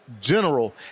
general